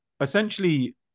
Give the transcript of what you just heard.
Essentially